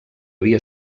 havia